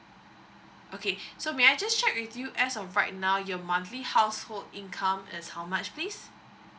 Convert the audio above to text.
okay so may I just check with you as of right now your monthly household income is how much please